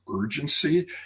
urgency